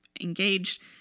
engaged